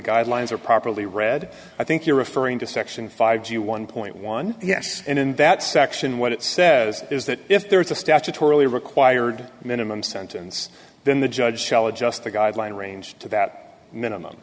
guidelines are properly read i think you're referring to section five g one point one yes and in that section what it says is that if there is a statutorily required minimum sentence then the judge shall adjust the guideline range to that minimum